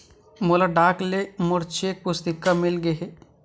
मोला डाक ले मोर चेक पुस्तिका मिल गे हे